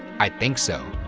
i think so.